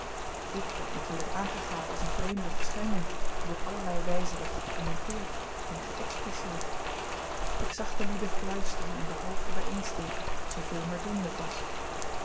ik werd natuurlijk aangegaapt als eene vreemde verschijning die op allerlei wijzen werd gecommenteerd en geëxpliceerd ik zag de lieden fluisteren en de hoofden bijeensteken zooveel maar doenlijk was